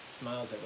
smiles